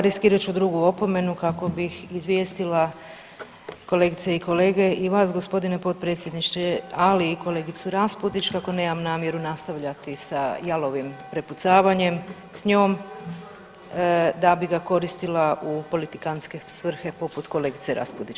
Riskirat ću drugu opomenu kako bih izvijestila kolegice i kolege i vas gospodine potpredsjedniče, ali i kolegicu RAspudić kako nemam namjeru nastavljati sa jalovim prepucavanjem s njom da bi ga koristila u politikantske svrhe poput kolegice Raspudić.